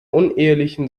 unehelichen